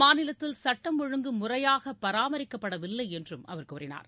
மாநிலத்தில் சட்டம் ஒழுங்கு முறையாக பராமரிக்கப்படவில்லை என்றும் அவர் கூறினார்